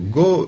go